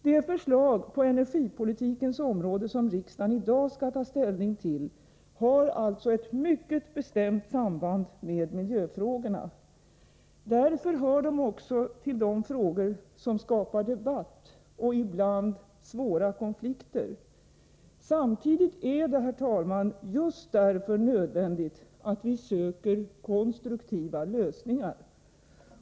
De förslag på energipolitikens område som riksdagen i dag skall ta ställning till har alltså ett mycket bestämt samband med miljöfrågorna. Därför hör de också till de frågor som skapar debatt och — ibland — svåra konflikter. Samtidigt är det — just därför — nödvändigt att vi söker konstruktiva lösningar.